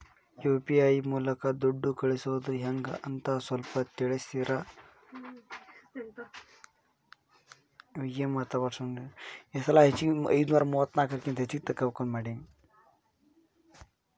UPI ಮೂಲಕ ದುಡ್ಡು ಕಳಿಸೋದ ಹೆಂಗ್ ಅಂತ ಸ್ವಲ್ಪ ತಿಳಿಸ್ತೇರ?